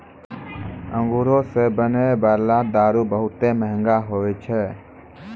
अंगूरो से बनै बाला दारू बहुते मंहगा होय छै